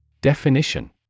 Definition